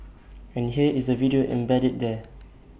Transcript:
and here is the video embedded there